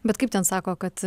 bet kaip ten sako kad